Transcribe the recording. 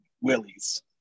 Willie's